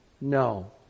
No